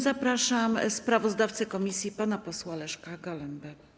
Zapraszam sprawozdawcę komisji pana posła Leszka Galembę.